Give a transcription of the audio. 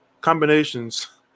combinations